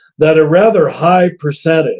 that a rather high percentage